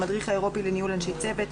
היום ה-23 באוגוסט 2020, ג' באלול התש"ף.